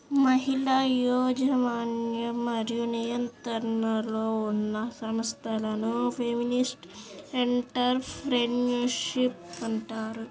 మహిళల యాజమాన్యం మరియు నియంత్రణలో ఉన్న సంస్థలను ఫెమినిస్ట్ ఎంటర్ ప్రెన్యూర్షిప్ అంటారు